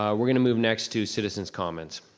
ah we're gonna move next to citizens comments,